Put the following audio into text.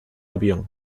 avión